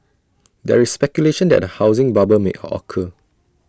there is speculation that A housing bubble may hall occur